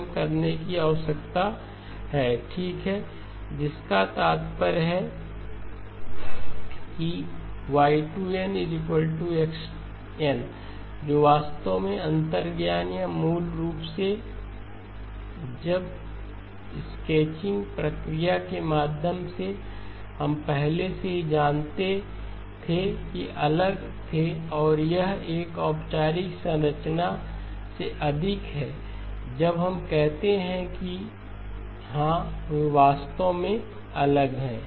Y21M k0M 1 X1M k0M 1XX जिसका तात्पर्य है कि Y2nx n जो वास्तव में अंतर्ज्ञान या मूल रूप से है जब स्केचिंग प्रक्रिया के माध्यम से हम पहले से ही जानते थे कि वे अलग थे और यह एक औपचारिक संरचना से अधिक है जब हम कहते हैं कि हां वे वास्तव में अलग हैं